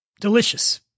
delicious